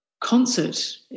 concert